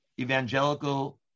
evangelical